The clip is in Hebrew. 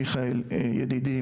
מיכאל ידידי,